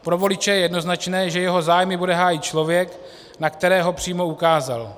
Pro voliče je jednoznačné, že jeho zájmy bude hájit člověk, na kterého přímo ukázal.